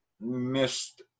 missed